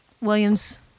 Williams